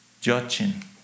judging